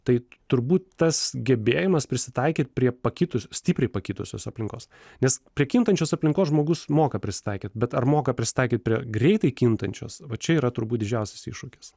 tai turbūt tas gebėjimas prisitaikyt prie pakitusios stipriai pakitusios aplinkos nes prie kintančios aplinkos žmogus moka prisitaikyt bet ar moka prisitaikyt prie greitai kintančios va čia yra turbūt didžiausias iššūkis